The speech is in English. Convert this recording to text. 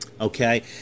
Okay